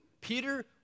Peter